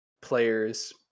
players